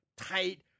tight